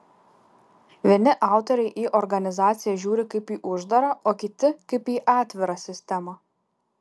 vieni autoriai į organizaciją žiūri kaip į uždarą o kiti kaip į atvirą sistemą